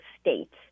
states